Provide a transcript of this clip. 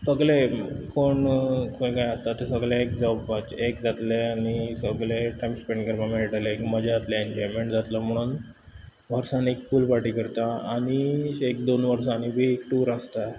सगळे कोण गोंयकार आसा ते सगळे एक जातले आनी सगळे टायम स्पेन्ड करपा मेळटले एक मजा जातलें एन्जॉयमेंट जातलो म्हूण वर्सान एक पूल पार्टी करता आनी अशें एक दोन वर्सांनी बी एक टूर आसता